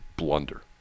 Blunder